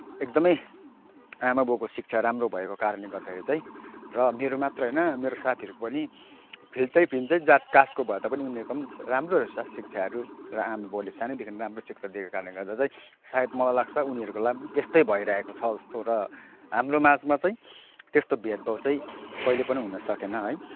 एकदमै आमाबाउको शिक्षा राम्रो भएको कारणले गर्दाखेरि चाहिँ र मेरो मात्रै होइन मेरो साथीहरूको पनि फिल्टै भिन्नै जात कास्टको भए तापनि उनीहरूको पनि राम्रै रहेछ शिक्षाहरू र आमाबाउले सनैदेखिबाट राम्रो शिक्षा दिएको कारणले गर्दा चाहिँ सायद मलाई लाग्छ उनीहरूलाई पनि त्यस्तै भइरहेको छ जस्तो र हाम्रो माझमा चाहिँ त्यस्तो भेदभाव चाहिँ कहिल्यै पनि हुनसकेन है